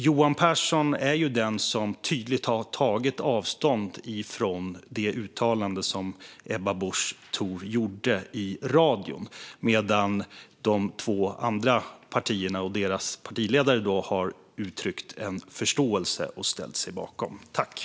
Johan Pehrson är nämligen den som har tagit tydligt avstånd från det uttalande Ebba Busch gjorde i radio, medan de två andra partierna och deras partiledare har uttryckt en förståelse för och ställt sig bakom det.